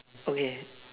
okay